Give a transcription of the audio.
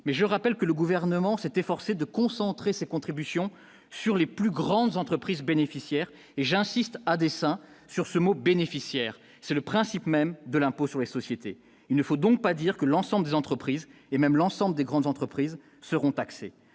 mais je rappelle que le gouvernement s'est efforcé de concentrer ses contributions sur les plus grandes entreprises bénéficiaires, et j'insiste à dessein sur ce mot bénéficiaires, c'est le principe même de l'impôt sur les sociétés, il ne faut donc pas dire que l'ensemble des entreprises et même l'ensemble des grandes entreprises seront taxés